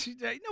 No